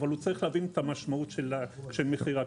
אבל הוא צריך להבין את המשמעות של מחיר הכסף.